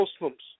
Muslims